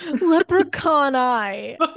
Leprechaun-eye